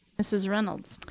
mrs. reynolds.